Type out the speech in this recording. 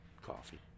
Coffee